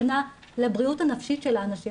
סכנה לבריאות הנפשית של האנשים,